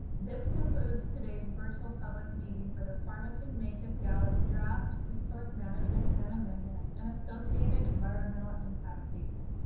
this concludes today's virtual public meeting for the farmington mancos-gallup draft resource management plan amendment and associated environmental impact statement.